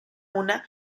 una